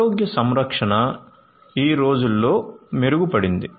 ఆరోగ్య సంరక్షణ ఈ రోజుల్లో మెరుగుపడింది